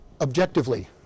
objectively